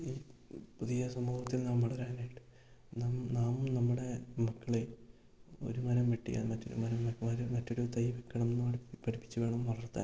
ഈ പുതിയ സമൂഹത്തിൽ നാം വളരാനായിട്ട് നാം നാം നമ്മുടെ മക്കളെ ഒരു മരം വെട്ടിയാൽ മറ്റൊരു മരം അതുപോലെ മറ്റൊരു തൈ വെക്കണമെന്ന് പഠിപ്പിച്ചു വേണം വളർത്താൻ